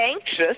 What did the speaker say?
anxious